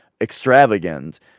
extravagant